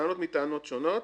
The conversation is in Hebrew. טענות מטענות שונות.